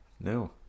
No